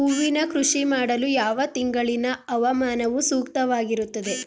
ಹೂವಿನ ಕೃಷಿ ಮಾಡಲು ಯಾವ ತಿಂಗಳಿನ ಹವಾಮಾನವು ಸೂಕ್ತವಾಗಿರುತ್ತದೆ?